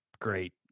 Great